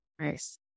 Nice